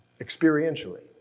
experientially